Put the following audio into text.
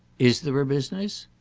is there a business?